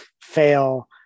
fail